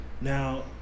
Now